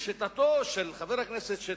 העובדים, לשיטתו של חבר הכנסת שטרית,